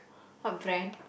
what brand